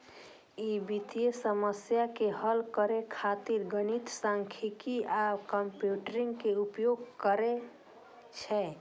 ई वित्तीय समस्या के हल करै खातिर गणित, सांख्यिकी आ कंप्यूटिंग के उपयोग करै छै